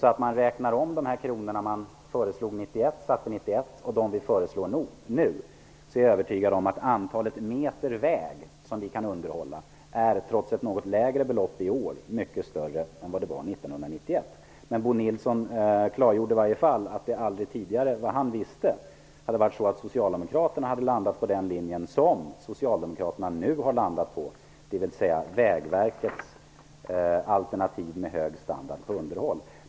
Om man gör en omräkning och jämför de kronor som man föreslog 1991 och de kronor som vi nu föreslår, är jag övertygad om att antalet meter väg som vi kan underhålla, trots ett något lägre belopp i år, är mycket större än vad det var 1991. Bo Nilsson klargjorde i alla fall att socialdemokraterna aldrig tidigare -- enligt vad han visste -- hade landat på den linje som socialdemokraterna nu har landat på, dvs.